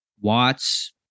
Watts